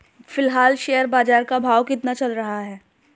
फिलहाल शेयर बाजार का भाव कितना चल रहा है?